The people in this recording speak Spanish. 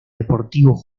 deportivos